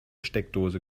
steckdose